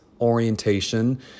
orientation